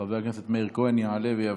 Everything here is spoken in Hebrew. חבר הכנסת מאיר כהן, יעלה ויבוא.